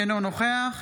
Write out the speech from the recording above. אינו נוכח